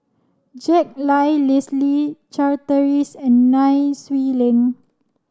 Jack Lai Leslie Charteris and Nai Swee Leng